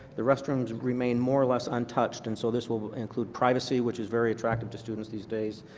the rest remain remain more or less untouched and so this will will include privacy, which is very attractive to students these days.